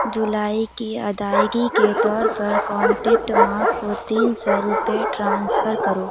جولائی کی ادائیگی کے طور پر کانٹیکٹ ماں کو تین سو روپئے ٹرانسفر کرو